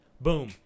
boom